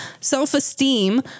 self-esteem